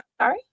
Sorry